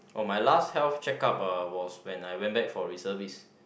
oh my last health checkup uh was when I went back for reservist